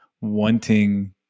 wanting